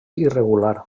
irregular